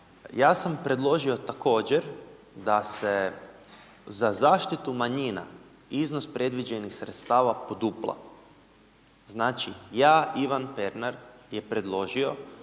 Ja sam predložio također da se za zaštitu manjina, iznos predviđenih sredstava podupla. Znači, ja, Ivan Pernar je preložio